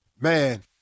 Man